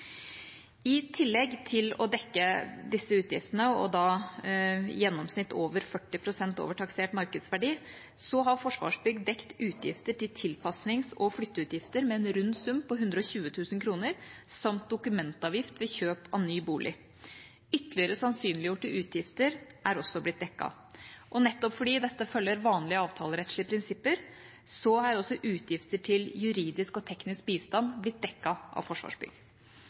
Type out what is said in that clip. I tillegg til å dekke disse utgiftene, i gjennomsnitt 40 pst. over taksert markedsverdi, har Forsvarsbygg dekket utgifter til tilpasning og flytting med en rund sum på 120 000 kr samt dokumentavgift ved kjøp av ny bolig. Ytterligere sannsynliggjorte utgifter er også blitt dekket. Nettopp fordi dette følger vanlige avtalerettslige prinsipper, er også utgifter til juridisk og teknisk bistand blitt dekket av Forsvarsbygg.